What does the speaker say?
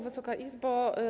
Wysoka Izbo!